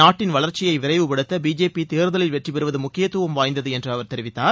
நாட்டின் வளர்ச்சியை விரைவுப்படுத்த பிஜேபி தேர்தலில் வெற்றிபெறுவது முக்கியத்துவம் வாய்ந்தது என்று அவர் தெரிவித்தார்